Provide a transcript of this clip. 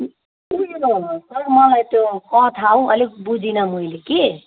त्यही त सर मलाई त्यो कथा हौ अलिक बुझिन मैले कि